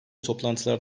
toplantılar